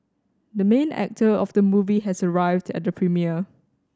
the main actor of the movie has arrived at the premiere